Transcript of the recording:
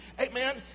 amen